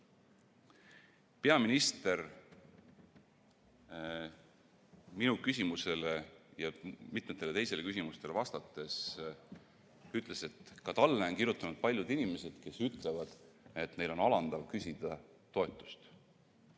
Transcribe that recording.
Peaminister minu küsimusele ja mitmetele teistele küsimustele vastates ütles, et ka talle on kirjutanud paljud inimesed, kes ütlevad, et neil on alandav küsida toetust.